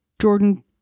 Jordan